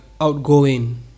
outgoing